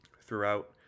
throughout